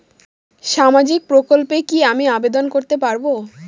সামাজিক প্রকল্পে কি আমি আবেদন করতে পারবো?